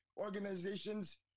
organizations